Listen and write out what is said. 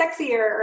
sexier